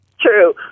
True